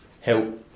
help